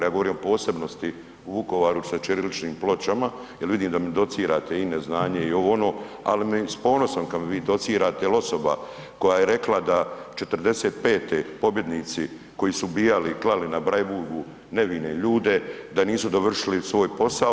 Ja govorim o posebnosti u Vukovaru sa ćiriličnim pločama jer vidim da mi docirate i neznanje i ovo i ono, ali s ponosom kada vi mi docirate jel osoba koja je rekla da '45. pobjednici koji su ubijali i klali na Bleiburgu nevine ljude da nisu dovršili svoj posao.